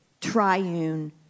triune